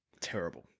Terrible